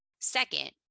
Second